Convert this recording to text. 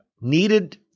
needed